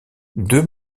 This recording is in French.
deux